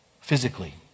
physically